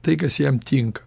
tai kas jam tinka